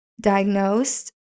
diagnosed